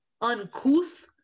uncouth